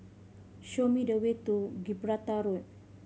show me the way to Gibraltar Road